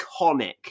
iconic